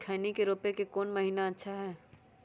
खैनी के रोप के कौन महीना अच्छा है?